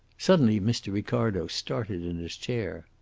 suddenly mr. ricardo started in his chair.